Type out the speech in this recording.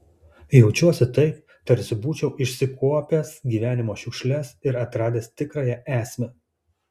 jaučiuosi taip tarsi būčiau išsikuopęs gyvenimo šiukšles ir atradęs tikrąją esmę